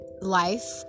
life